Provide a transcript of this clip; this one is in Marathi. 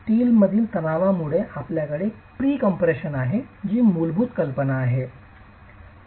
स्टीलमधील तणावामुळे आपल्याकडे प्री कॉम्प्रेशन आहे ही मूलभूत कल्पना आहे